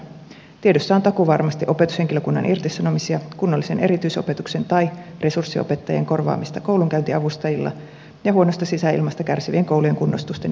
tiedossa on takuuvarmasti opetushenkilökunnan irtisanomisia kunnollisen erityisopetuksen tai resurssiopettajien korvaamista koulunkäyntiavustajilla ja huonosta sisäilmasta kärsivien koulujen kunnostusten lykkäämisiä